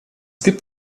gibt